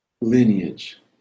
lineage